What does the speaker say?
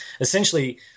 essentially